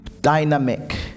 dynamic